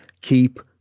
keep